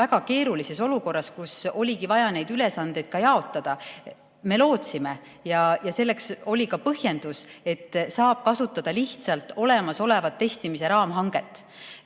väga keerulises olukorras, kus oli vaja neid ülesandeid jaotada. Me lootsime, ja selleks oli ka põhjendus, et saab kasutada lihtsalt olemasolevat testimise raamhanget.